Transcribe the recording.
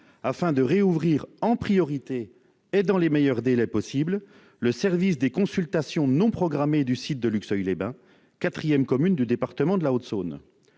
afin de rouvrir en priorité, et dans les meilleurs délais possible, le service des consultations non programmées du site de Luxeuil-les-Bains, quatrième commune du département de la Haute-Saône.